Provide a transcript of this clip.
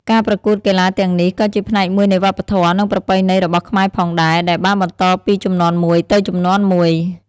ការប្រកួតកីឡាទាំងនេះក៏ជាផ្នែកមួយនៃវប្បធម៌ និងប្រពៃណីរបស់ខ្មែរផងដែរ ដែលបានបន្តពីជំនាន់មួយទៅជំនាន់មួយ។